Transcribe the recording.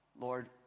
Lord